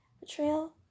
betrayal